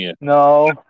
No